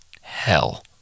hell